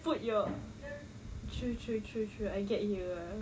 put your true true true true I get you ah